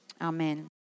Amen